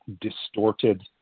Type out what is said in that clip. distorted